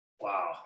Wow